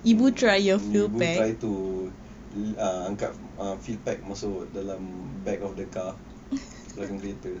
ibu try to li~ angkat full pack masuk dalam back of car belakang kereta